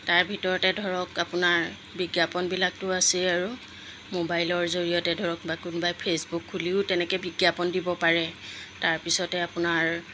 তাৰ ভিতৰতে ধৰক আপোনাৰ বিজ্ঞাপনবিলাকতো আছেই আৰু মোবাইলৰ জৰিয়তে ধৰক বা কোনোবাই ফেচবুক খুলিও তেনেকৈ বিজ্ঞাপন দিব পাৰে তাৰপিছতে আপোনাৰ